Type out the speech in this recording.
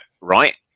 right